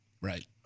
Right